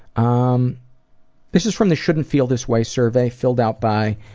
um this is from the shouldn't feel this way survey, filled out by